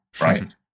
right